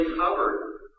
covered